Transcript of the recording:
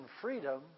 freedom